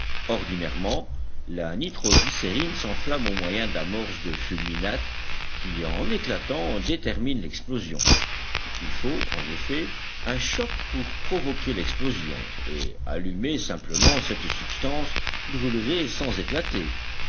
ordinairement la nitro glycérine s'enflamme au moyen d'amorces de fulminate qui en éclatant déterminent l'explosion il faut en effet un choc pour provoquer l'explosion et allumée simplement cette substance brûlerait sans éclater